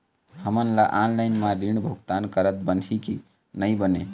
हमन ला ऑनलाइन म ऋण भुगतान करत बनही की नई बने?